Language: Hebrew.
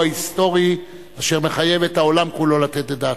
היסטורי אשר מחייב את העולם כולו לתת את דעתו.